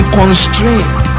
constrained